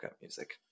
music